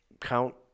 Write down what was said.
count